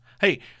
Hey